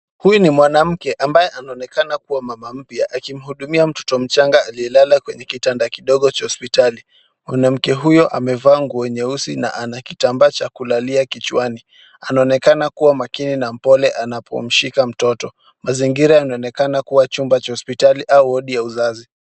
Huyu ni mwanamke ambaye anaonekana kuwa mama mpya akimhudumia mtoto mchanga aliyelala kwenye kitanda kidogo cha hospitali. Mwanamke huyu amevaa nguo nyeusi na ana kitambaa cha kulalia kichwani. Anaonekana kuwa makini na mpole anapomshika mtoto. Mazingira yanaonekana kuwa chumba cha hospitali au wodi ya uzazi.